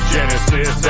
Genesis